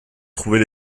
trouver